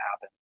happen